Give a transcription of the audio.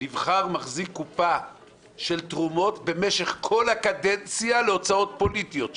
נבחר מחזיק קופה של תרומות במשך כל הקדנציה להוצאות הפוליטיות שלו.